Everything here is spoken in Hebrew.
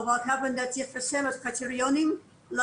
את הקריטריונים,